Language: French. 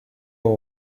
aux